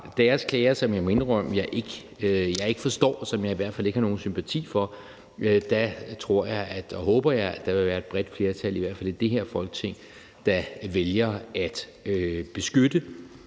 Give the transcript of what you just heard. deres klager, som jeg må indrømme jeg ikke forstår, og som jeg i hvert fald ikke har nogen sympati for, tror jeg og håber jeg i hvert fald, at der vil være et bredt flertal i det her Folketing, der vælger at beskytte